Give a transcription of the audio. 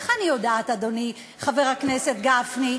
חבר הכנסת גפני.